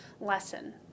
lesson